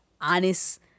honest